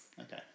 Okay